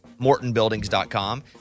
MortonBuildings.com